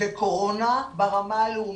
וקורונה ברמה הלאומית.